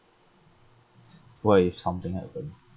what if something happen